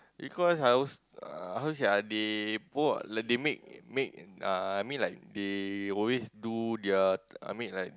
because I was uh how to say ah they pour like they make make uh I mean like they always do the I mean like